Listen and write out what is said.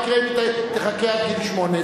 מה יקרה עם היא תחכה עד גיל 18?